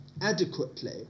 adequately